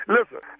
Listen